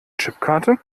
chipkarte